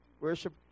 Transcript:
worship